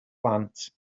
plant